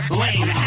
lane